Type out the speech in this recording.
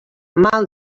mal